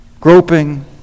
groping